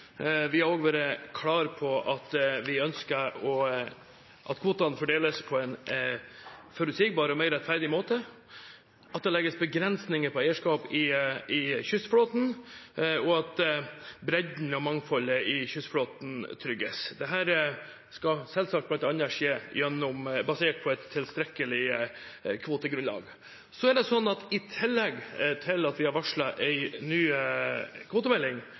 Vi har også vært klar på at vi ønsker at kvotene fordeles på en forutsigbar og mer rettferdig måte, at det legges begrensninger på eierskap i kystflåten, og at bredden og mangfoldet i kystflåten trygges. Dette skal selvsagt bl.a. skje basert på et tilstrekkelig kvotegrunnlag. I tillegg til at vi har varslet en ny kvotemelding